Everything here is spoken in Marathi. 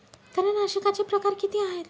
तणनाशकाचे प्रकार किती आहेत?